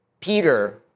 Peter